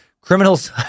criminals